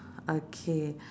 okay